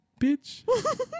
Bitch